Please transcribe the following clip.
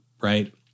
right